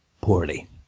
poorly